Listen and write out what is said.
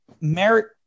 merit